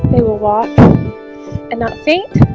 will walk and not faint,